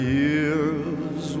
years